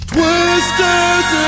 Twisters